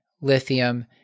lithium